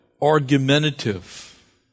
argumentative